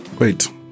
Wait